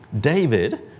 David